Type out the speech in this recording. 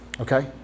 okay